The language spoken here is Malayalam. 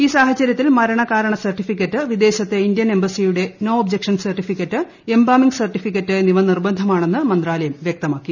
ഈ സാഹചര്യത്തിൽ മരണകാരണ സർട്ടിഫിക്കറ്റ് പ്പിദ്ദേശത്തെ ഇന്ത്യൻ എംബസിയുടെ no objection certificate embalming certificate എന്നിവ നിർബന്ധമാണെന്ന് മന്ത്രാലീയം വ്യക്തമാക്കി